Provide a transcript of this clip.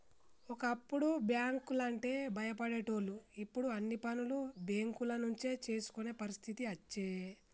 ఒకప్పుడు బ్యాంకు లంటే భయపడేటోళ్లు ఇప్పుడు అన్ని పనులు బేంకుల నుంచే చేసుకునే పరిస్థితి అచ్చే